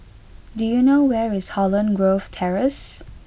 do you know where is Holland Grove Terrace